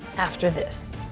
after this.